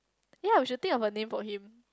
ya we should think of a name for him